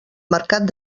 mercat